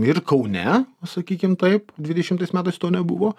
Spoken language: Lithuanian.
ir kaune sakykim taip dvidešimtais metais to nebuvo